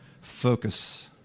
focus